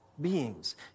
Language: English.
beings